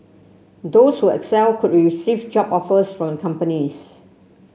those who excel could receive job offers from the companies